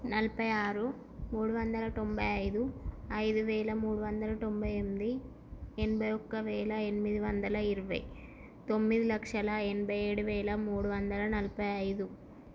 నలభై ఆరు మూడు వందల తొంభై ఐదు ఐదు వేల మూడు వందల తొంభై ఎనిమిది ఎనభై ఒక్క వేల ఎనిమిది వందల ఇరవై తొమ్మిది లక్షల ఎనభై ఏడు వేల మూడు వందల నలభై ఐదు